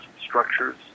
structures